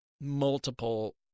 multiple